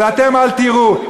ואתם אל תיראו",